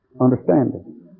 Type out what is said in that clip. understanding